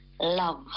love